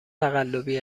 تقلبی